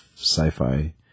sci-fi